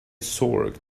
zork